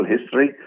history